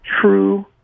true